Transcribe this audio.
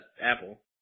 apple